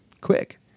quick